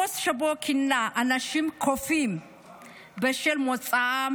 הפוסט שבו הוא כינה אנשים קופים בשל מוצאם